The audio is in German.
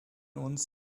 uns